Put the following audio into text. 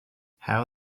how